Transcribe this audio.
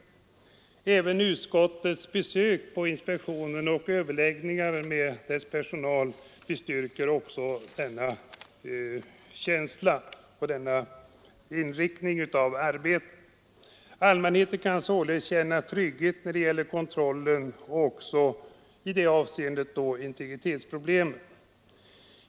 Även utskottets besök på inspektionen och våra överläggningar med dess personal bestyrker detta intryck av arbetets inriktning. Allmänheten kan således känna trygghet när det gäller kontrollen och också integritetsproblemen i det avseendet.